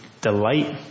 delight